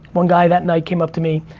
one guy, that night, came up to me.